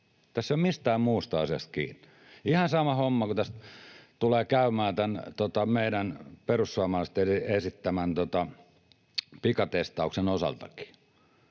Tämä ei ole mistään muusta asiasta kiinni. Ihan sama homma tässä tulee käymään tämän perussuomalaisten esittämän pikatestauksenkin osalta.